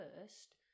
first